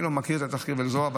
אני לא מכיר את התחקיר הזה,